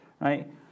right